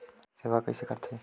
सेवा कइसे करथे?